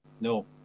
No